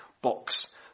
box